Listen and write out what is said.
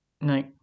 No